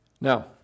now